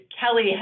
Kelly